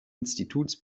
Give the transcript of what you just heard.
instituts